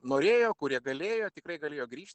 norėjo kurie galėjo tikrai galėjo grįžt